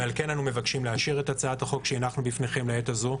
ועל כן אנחנו מבקשים לאשר את הצעת החוק שמונחת בפניכם לעת הזו,